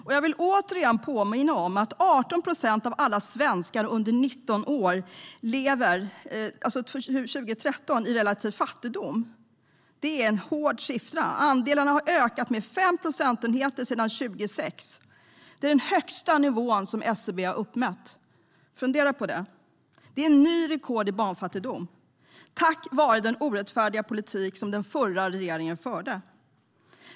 Jag vill återigen påminna om att 18 procent av alla svenskar under 19 år levde i relativ fattigdom år 2013. Det är en hård siffra. Andelen har ökat med 5 procentenheter sedan 2006. Det är den högsta nivå som SCB har uppmätt. Fundera på det! Det är nytt rekord i barnfattigdom, på grund av den orättfärdiga politik som den förra regeringen förde.